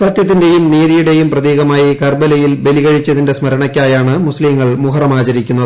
സത്യത്തിന്റെയും നീതിയുടെയും പ്രതീകമായി കർബലയിൽ ബലികഴിച്ചതിന്റെ സ്മരണയ്ക്കായാണ് മുസ്തീംഗങ്ങൾ മുഹ്റം ആചരിക്കുന്നത്